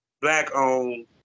Black-owned